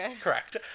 Correct